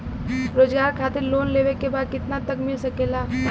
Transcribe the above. रोजगार खातिर लोन लेवेके बा कितना तक मिल सकेला?